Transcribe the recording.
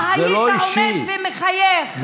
לא היית עומד ומחייך.